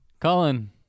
Colin